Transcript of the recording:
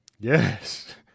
Yes